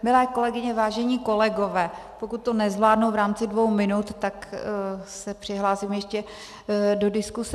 Milé kolegyně, vážení kolegové, pokud to nezvládnu v rámci dvou minut, tak se přihlásím ještě do diskuse.